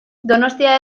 donostia